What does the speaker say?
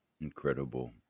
incredible